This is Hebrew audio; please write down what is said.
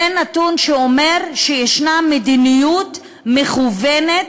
זה נתון שאומר שיש מדיניות מכוונת,